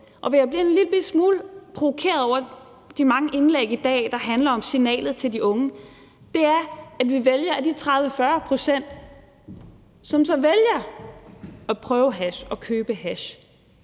Jeg bliver en lille smule provokeret over de mange indlæg i dag, der handler om signalet til de unge, er, at vi vælger at skubbe de 30-40 pct., som så vælger at prøve hash og købe hash,